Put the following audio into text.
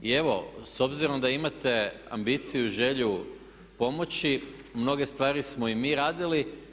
I evo s obzirom da imate ambiciju i želju pomoći, mnoge stvari smo i mi radili.